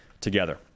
together